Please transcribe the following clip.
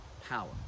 power